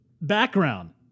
background